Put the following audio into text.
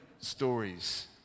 stories